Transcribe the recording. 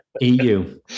EU